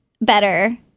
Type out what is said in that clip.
better